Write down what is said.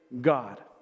God